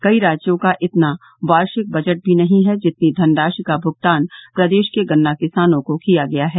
कई राज्यों का इतना वार्षिक बजट भी नहीं है जितनी धनराशि का भुगतान प्रदेश के गन्ना किसानों को किया गया है